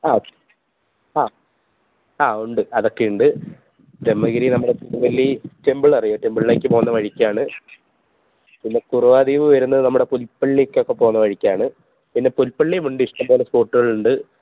ആ ആ ആ ഉണ്ട് അതൊക്കെയുണ്ട് തെമ്മഗിരി നമ്മൾ ടെമ്പിളറിയാമോ ടെമ്പിളിലേയ്ക്ക് പോവുന്ന വഴിക്കാണ് പിന്നെ കുറുവാദ്വീപ് വരുന്നത് നമ്മടെ പുല്പ്പള്ളിക്കൊക്കെ പോവുന്ന വഴിക്കാണ് പിന്നെ പുല്പ്പള്ളിയുമുണ്ട് ഇഷ്ടംപോലെ സ്പോട്ട്കളുണ്ട്